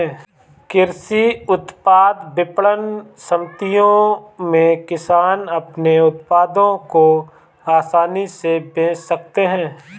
कृषि उत्पाद विपणन समितियों में किसान अपने उत्पादों को आसानी से बेच सकते हैं